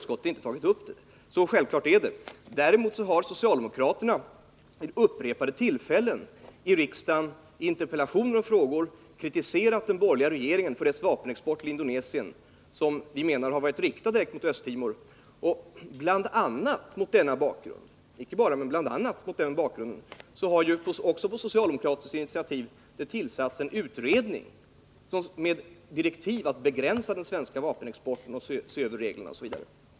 Socialdemokraterna har däremot vid upprepade tillfällen i interpellationer och frågor i riksdagen kritiserat den borgerliga regeringen för dess vapenexport till Indonesien, vapen som vi menar har använts mot Östtimor. Bl. a. mot den bakgrunden har det på socialdemokratiskt initiativ tillsatts en utredning med direktiv att begränsa den svenska vapenexporten, se över reglerna för den osv.